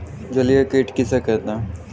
जलीय कीट किसे कहते हैं?